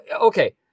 okay